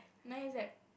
mine is like